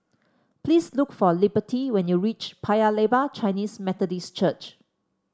please look for Liberty when you reach Paya Lebar Chinese Methodist Church